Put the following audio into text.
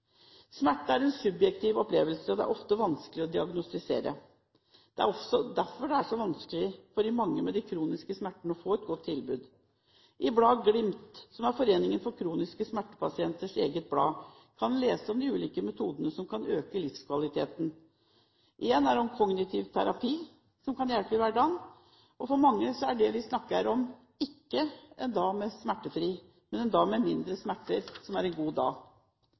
Smerte er en subjektiv opplevelse, og det er ofte vanskelig å diagnostisere. Det er også derfor det er så vanskelig for de mange med kroniske smerter å få et godt tilbud. I bladet Glimt – medlemsbladet til Foreningen for Kroniske Smertepasienter – kan en lese om de ulike metodene som kan øke livskvaliteten. Én metode er kognitiv terapi, som kan hjelpe i hverdagen, og når vi snakker om en god dag, er det for mange ikke en smertefri dag, men en dag med mindre smerter.